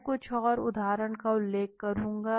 मैं कुछ और उदाहरण का उल्लेख करूंगा